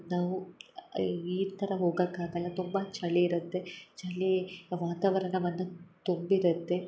ನಾವು ಈ ಥರ ಹೋಗಕ್ಕೆ ಆಗಲ್ಲ ತುಂಬ ಚಳಿ ಇರುತ್ತೆ ಚಳಿ ವಾತಾವರಣವನ್ನು ತುಂಬಿರುತ್ತೆ